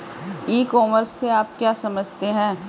ई commerce से आप क्या समझते हैं?